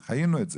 וחיינו את זה.